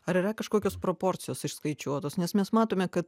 ar yra kažkokios proporcijos išskaičiuotos nes mes matome kad